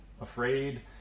afraid